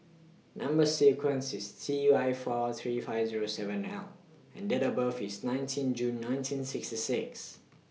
Number sequence IS T one four three five seven Zero nine L and Date of birth IS nineteen June nineteen sixty six